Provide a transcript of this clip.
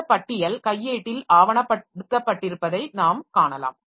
இந்த பட்டியல் கையேட்டில் ஆவணப் படுத்தப்பட்டிருப்பதை நாம் காணலாம்